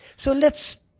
so let's